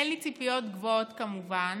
אין לי ציפיות גבוהות, כמובן,